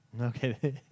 Okay